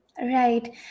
right